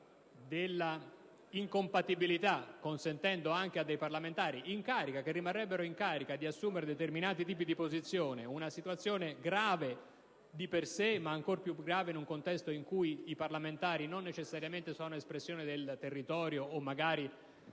dell'incompatibilità consentendo anche ai parlamentari di rimanere in carica anche dopo aver assunto determinati tipi di posizione - una situazione grave di per sé, ma ancora più grave in un contesto in cui i parlamentari non sono necessariamente espressione del territorio o magari